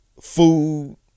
food